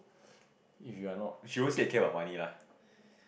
if you're not